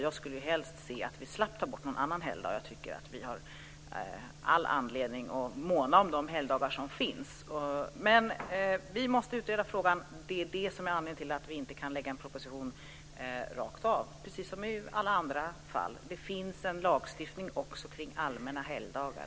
Jag skulle helst se att vi slapp ta bort någon annan helgdag. Jag tycker att vi har all anledning att måna om de helgdagar som finns. Men vi måste utreda frågan. Det är anledningen till att vi inte kan lägga fram en proposition rakt av, precis som i alla andra fall. Det finns en lagstiftning också kring allmänna helgdagar.